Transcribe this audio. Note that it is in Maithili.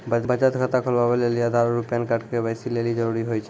बचत खाता खोलबाबै लेली आधार आरू पैन कार्ड के.वाइ.सी लेली जरूरी होय छै